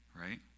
right